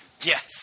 Yes